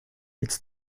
it’s